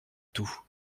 tout